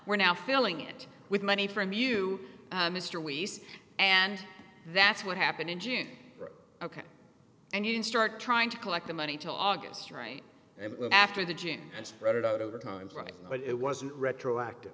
we're now filling it with money from you mr weeks and that's what happened in june ok and you didn't start trying to collect the money till august right after the gene and spread it out over time but it wasn't retroactive